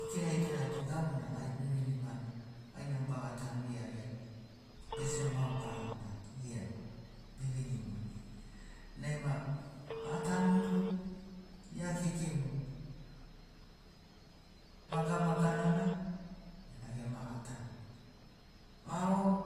Ikiragi toreato gabuna gai biviniman gai na baga tanu iagiani bese mabarana gema biviniman nai ma gatanun tu ia kekei mo maga magana na bena gema gatanun. Garo